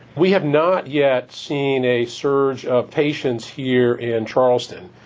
we have not yet seen a surge of patients here in charleston,